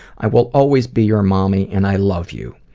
i will always be your mommy and i love you.